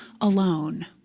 alone